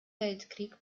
weltkrieg